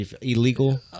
Illegal